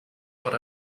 what